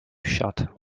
shut